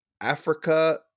Africa